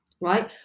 right